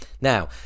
Now